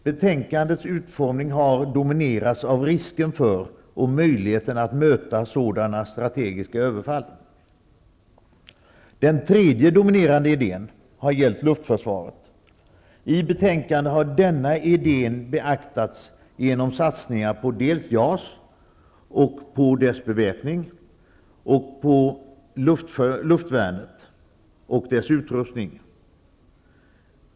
Betänkandets utformning har dominerats av risken för och möjligheten att möta sådana strategiska överfall. Den tredje dominerande idén har gällt luftförsvaret. I betänkandet har den idén beaktats genom satsningar på JAS, på dess beväpning, på luftvärnet och dess utrustning.